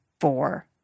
four